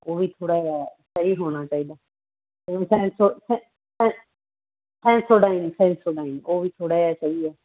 ਉਹ ਵੀ ਥੋੜਾ ਜਿਹਾ ਸਹੀ ਹੋਣਾ ਚਾਹੀਦਾ ਸੈਂਸੋ ਸੈ ਸੈਂਸੋਡਾਈਨ ਸੈਂਸੋਡਾਈਨ ਉਹ ਵੀ ਥੋੜਾ ਜਿਹਾ ਚਾਹੀਦਾ